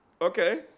okay